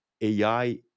AI